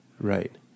Right